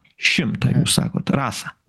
šimtą jūs sakot rasa